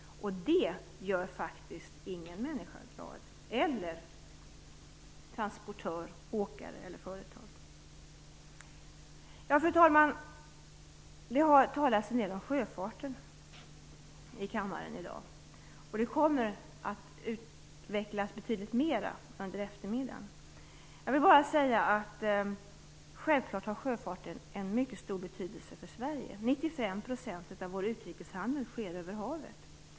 Det gör faktiskt ingen människa glad - inte heller transportörer, åkare eller företag. Fru talman! Det har talats en del om sjöfarten i kammaren i dag. Det kommer att utvecklas betydligt mer under eftermiddagen. Jag vill bara säga att sjöfarten självfallet har en mycket stor betydelse för Sverige. 95 % av vår utrikeshandel sker över havet.